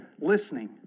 listening